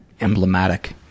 Emblematic